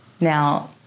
now